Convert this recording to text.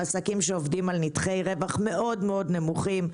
עסקים שעובדים על נתחי רווח מאוד מאוד נמוכים.